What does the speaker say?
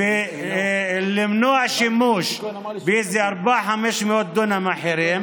ולמנוע שימוש באיזה 400 500 דונם אחרים.